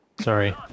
sorry